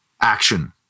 Action